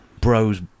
bros